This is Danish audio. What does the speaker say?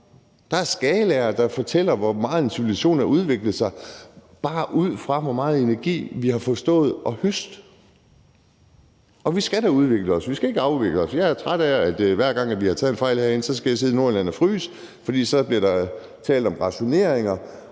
Der er skalaer, der fortæller, hvor meget en civilisation har udviklet sig, bare ud fra hvor meget energi vi har forstået at høste. Og vi skal da udvikle os, vi skal ikke afvikle os. Jeg er træt af, at jeg, hver gang vi har begået en fejl herinde, skal sidde i Nordjylland og fryse, for så bliver der talt om rationeringer,